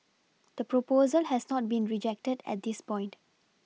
the proposal has not been rejected at this point